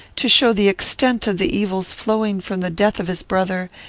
to show the extent of the evils flowing from the death of his brother,